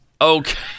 Okay